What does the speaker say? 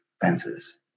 fences